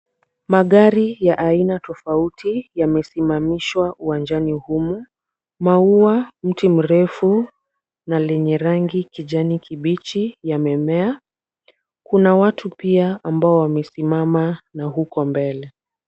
Magari ya aina tofauti yamesimamishwa uwanjani humu. Maua, mti mrefu na lenye rangi kijani kibichi yamemea. Kuna watu pia ambao wamesimama na huko mbele.